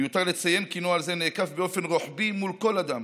מיותר לציין כי נוהל זה נאכף באופן רוחבי מול כל אדם,